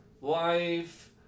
life